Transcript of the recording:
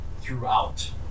throughout